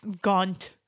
gaunt